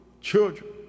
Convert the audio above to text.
children